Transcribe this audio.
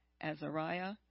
Azariah